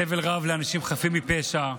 סבל רב לאנשים חפים מפשע,